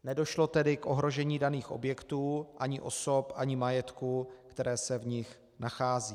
Nedošlo tedy k ohrožení daných objektů ani osob ani majetku, které se v nich nacházejí.